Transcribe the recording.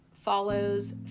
follows